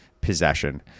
possession